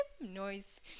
noise